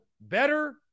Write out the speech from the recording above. better